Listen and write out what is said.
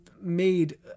Made